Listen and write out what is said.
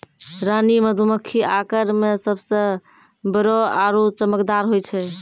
रानी मधुमक्खी आकार मॅ सबसॅ बड़ो आरो चमकदार होय छै